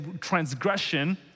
transgression